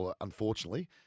unfortunately